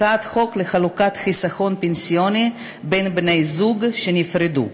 הצעת חוק לחלוקת חיסכון פנסיוני בין בני-זוג שנפרדו.